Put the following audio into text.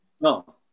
no